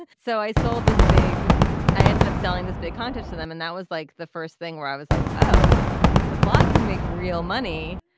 and so i sold this big i ended up selling this big contest to them and that was like the first thing where i was like oh the blog can make real money.